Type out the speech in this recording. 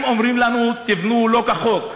אומרים לנו: תבנו לא כחוק.